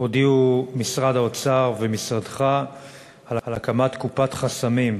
הודיעו משרד האוצר ומשרדך על הקמת "קופת חסמים",